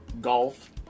golf